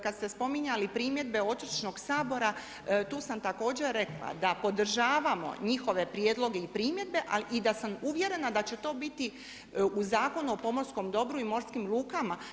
Kada ste spominjali primjedbe Otočnog sabora tu sam također rekla da podržavamo njihove prijedloge i primjedbe ali i da sam uvjerena da će to biti u Zakonu o pomorskom dobru i morskim lukama.